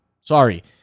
Sorry